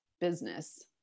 business